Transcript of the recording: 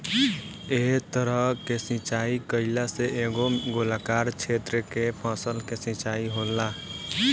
एह तरह के सिचाई कईला से एगो गोलाकार क्षेत्र के फसल के सिंचाई होला